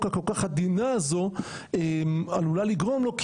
הכול כך עדינה הזו עלולה לגרום לו,